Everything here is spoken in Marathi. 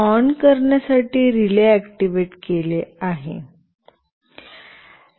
ऑन करण्यासाठी रिले ऍक्टिव्हेट केले आहे